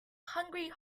hungry